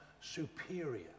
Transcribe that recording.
superior